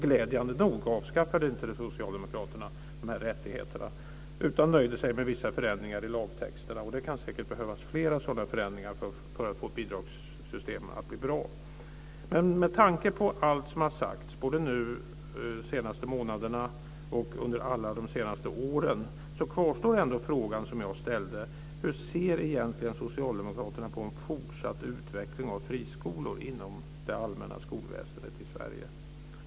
Glädjande nog avskaffade inte socialdemokraterna dessa rättigheter utan nöjde sig med vissa förändringar i lagtexterna. Det kan säkert behövs fler sådana förändringar för att få ett bra bidragssystem. Men efter allt som har sagts, både nu de senaste månaderna och under de senaste åren, kvarstår ändå frågan som jag ställde: Hur ser egentligen socialdemokraterna på en fortsatt utveckling av friskolor inom det allmänna skolväsendet i Sverige?